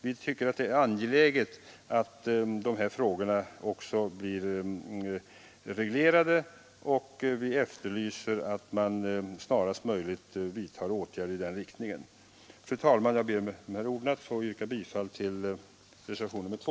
Vi tycker att det är angeläget att dessa frågor också blir reglerade och efterlyser åtgärder i den riktningen snarast möjligt. Fru talman! Jag ber med dessa ord att få yrka bifall till reservationen «